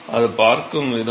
எனவே அது பார்க்கும் விதம்